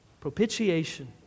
Propitiation